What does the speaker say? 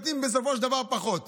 והן נותנות בסופו של דבר פחות.